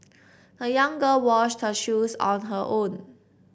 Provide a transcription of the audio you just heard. the young girl washed her shoes on her own